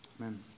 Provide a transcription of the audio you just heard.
Amen